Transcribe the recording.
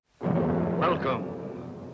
Welcome